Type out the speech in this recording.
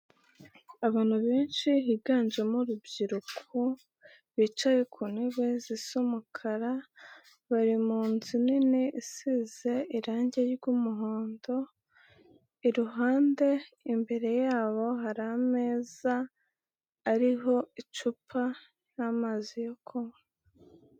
Abantu benshi higanjemo urubyiruko bicaye ku ntebe zisa umukara, bari mu nzu nini isize irangi ry'umuhondo, iruhande imbere yabo hari ameza ariho icupa n'amazi yo kunywa.